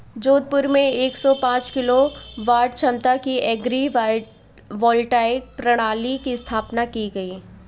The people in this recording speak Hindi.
जोधपुर में एक सौ पांच किलोवाट क्षमता की एग्री वोल्टाइक प्रणाली की स्थापना की गयी